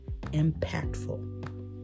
impactful